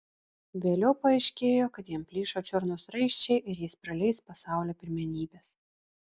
vėliau paaiškėjo kad jam plyšo čiurnos raiščiai ir jis praleis pasaulio pirmenybes